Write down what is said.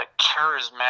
charismatic